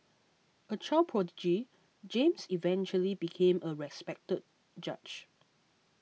a child prodigy James eventually became a respected judge